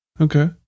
Okay